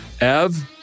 Ev